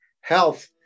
health